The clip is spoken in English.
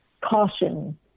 caution